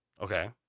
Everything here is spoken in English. Okay